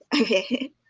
Okay